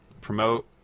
promote